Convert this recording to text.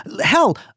hell